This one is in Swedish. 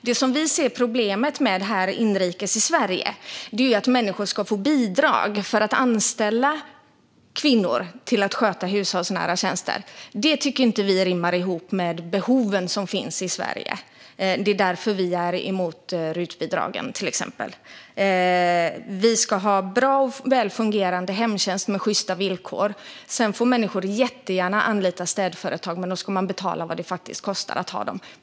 Det som vi ser problem med inrikes, i Sverige, är att människor ska få bidrag för att anställa kvinnor till att sköta hushållsnära tjänster. Detta tycker vi inte rimmar med de behov som finns i Sverige, och det är därför vi är emot till exempel RUT-bidragen. Vi ska ha bra och välfungerande hemtjänst med sjysta villkor. Människor får jättegärna anlita städföretag, men då ska de betala vad det faktiskt kostar att ha dem.